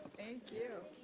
thank you.